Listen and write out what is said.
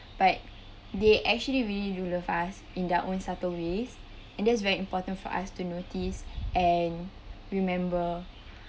but they actually really do love us in their own subtle ways and that's very important for us to notice and remember